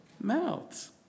mouths